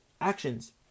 actions